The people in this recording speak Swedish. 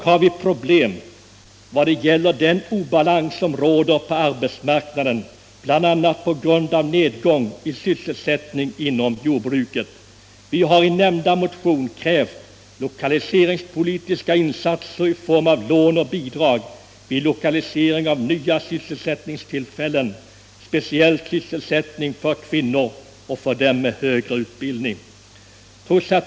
Vi har emellertid problem vad det gäller den obalans som råder på arbetsmarknaden, bl.a. på grund av nedgång i sysselsättningen inom jordbruket. Vi har i motionen krävt lokaliseringspolitiska insatser i form av lån och bidrag vid lokalisering av nya sysselsättningstillfällen, speciellt sysselsättning för kvinnor och för dem med högre utbildning. Herr talman!